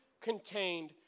contained